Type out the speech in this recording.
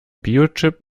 biochip